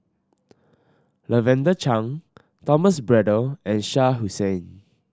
Lavender Chang Thomas Braddell and Shah Hussain